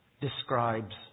describes